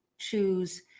choose